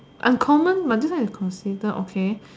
uncommon but this one is considered okay